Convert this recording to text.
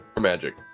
Magic